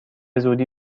زودی